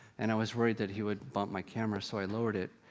and i was worried that he would bump my camera, so i lowered it.